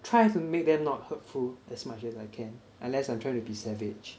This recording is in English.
try to make them not hurtful as much as I can unless I'm trying to be savage